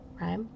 right